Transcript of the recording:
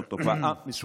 זו תופעה מסוכנת.